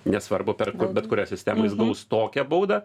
nesvarbu per bet kurią sistemą jis gaus tokią baudą